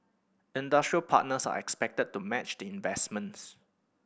industry partners are expected to match the investments